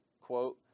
quote